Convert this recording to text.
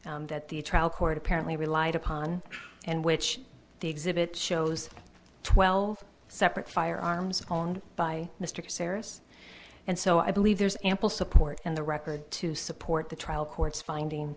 that the trial court apparently relied upon and which the exhibit shows twelve separate firearms owned by mr seris and so i believe there is ample support in the record to support the trial court's finding